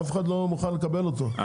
אף אחד לא מוכן לקבל אותו,